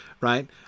right